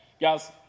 Guys